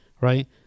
right